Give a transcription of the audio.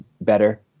better